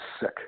sick